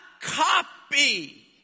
copy